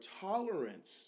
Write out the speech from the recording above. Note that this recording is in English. tolerance